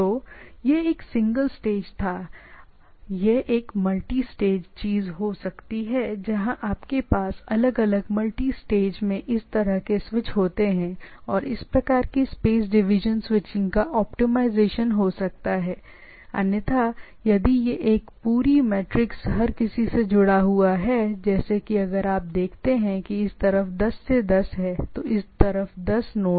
तो यह एक सिंगल स्टेज था यह एक मल्टी स्टेज चीज हो सकती है जहां आपके पास अलग अलग मल्टी स्टेज में इस तरह के स्विच होते हैं और ऐसा करने में इस प्रकार के स्पेस डिवीजन स्विचिंग का ऑप्टिमाइजेशन हो सकता है अन्यथा यदि यह है एक पूरी मैट्रिक्स हर कोई इन चीजों से हर किसी से जुड़ा हुआ है जैसे कि अगर आप देखते हैं कि इस तरफ 10 से 10 हैं तो इस तरफ 10 नोड हैं